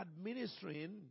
administering